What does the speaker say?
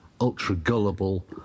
ultra-gullible